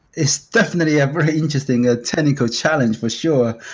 it's definitely a really interesting ah technical challenge for sure.